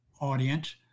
audience